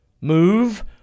move